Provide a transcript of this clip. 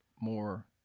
more